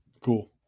Cool